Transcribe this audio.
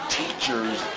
teachers